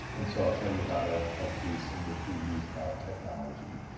and so, i'll tell you about a ah case in which we use that technology.